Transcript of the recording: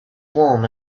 warm